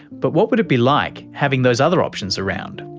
but what would it be like having those other options around?